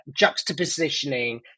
juxtapositioning